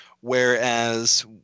whereas